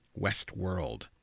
Westworld